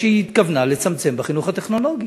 שהיא התכוונה לצמצם את החינוך הטכנולוגי.